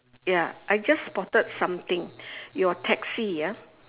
ya I just spotted something your taxi ah